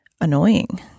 annoying